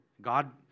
God